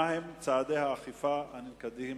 2. מה הם צעדי האכיפה הננקטים